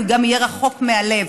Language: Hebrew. הוא גם יהיה רחוק מהלב.